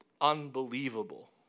unbelievable